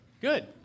Good